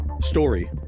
Story